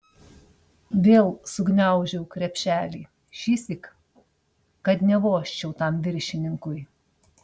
vėl sugniaužiau krepšelį šįsyk kad nevožčiau tam viršininkui